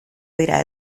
dira